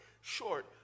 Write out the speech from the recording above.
short